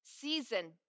season